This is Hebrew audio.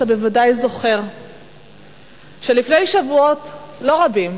אתה בוודאי זוכר שלפני שבועות לא רבים